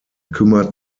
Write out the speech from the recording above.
kümmert